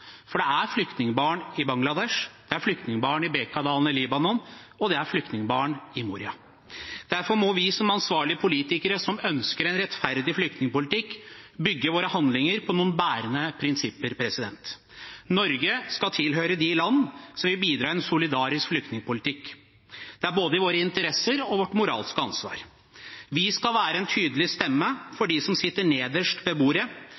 For det er flyktningbarn i Bangladesh, det er flyktningbarn i Bekaadalen i Libanon, og det er flyktningbarn i Moria. Derfor må vi som ansvarlige politikere som ønsker en rettferdig flyktningpolitikk, bygge våre handlinger på noen bærende prinsipper. Norge skal tilhøre de land som vil bidra til en solidarisk flyktningpolitikk. Det er både i vår interesse og vårt moralske ansvar. Vi skal være en tydelig stemme